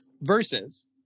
Versus